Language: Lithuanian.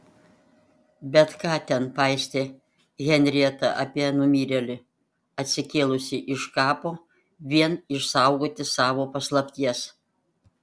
bet ką ten paistė henrieta apie numirėlį atsikėlusį iš kapo vien išsaugoti savo paslapties